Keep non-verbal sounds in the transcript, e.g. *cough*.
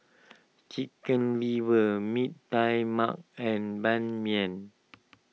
Chicken Liver Mee Tai Mak and Ban Mian *noise*